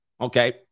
Okay